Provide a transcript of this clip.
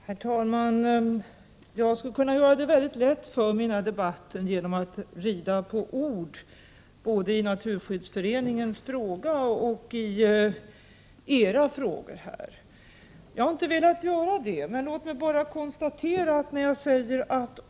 Herr talman! Jag skulle kunna göra det mycket lätt för mig i den här debatten genom att rida på ord, både beträffande Naturskyddsföreningens fråga och beträffande era frågor. Men jag har inte velat göra det.